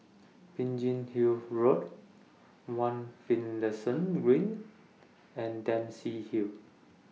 Biggin Hill Road one Finlayson Green and Dempsey Hill